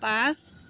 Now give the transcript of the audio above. পাঁচ